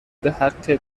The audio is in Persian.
بحق